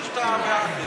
תגיד שאתה בעד.